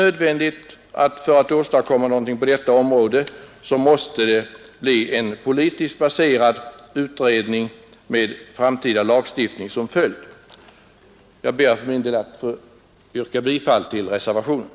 För att kunna åstadkomma någonting på detta område måste det bli en politiskt baserad utredning med ev. framtida lagstiftning som följd. Jag ber att få yrka bifall till reservationen.